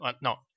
no